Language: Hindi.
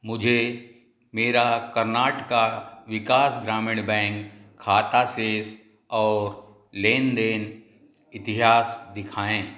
मुझे मेरा कर्नाटका विकास ग्रामीण बैंक खाता सेस और लेन देन इतिहास दिखाएँ